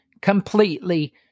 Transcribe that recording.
completely